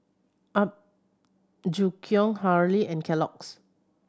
Apgujeong Hurley and Kellogg's